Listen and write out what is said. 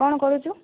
କ'ଣ କରୁଛୁ